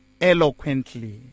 eloquently